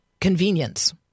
convenience